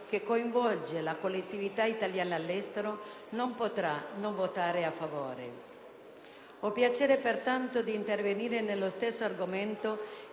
che coinvolge la collettività italiana all'estero, non potrà che votare a favore. Ho piacere, pertanto, di intervenire sullo stesso argomento